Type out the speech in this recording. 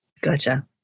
Gotcha